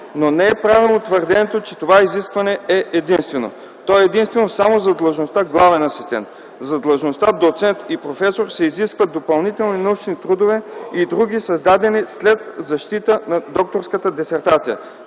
но е неправилно твърдението, че това изискване е единствено. То е единствено само за длъжността „главен асистент”. За длъжността „доцент” и „професор” се изискват допълнителни научни трудове и други, създадени след защита на докторската дисертация